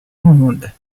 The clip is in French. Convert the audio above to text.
monde